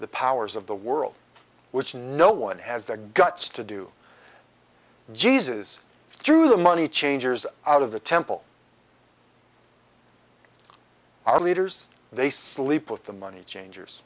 the powers of the world which no one has the guts to do jesus through the money changers out of the temple our leaders they sleep with the money change